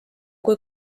kui